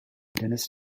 denys